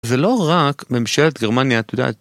זה לא רק ממשלת גרמניה, את יודעת.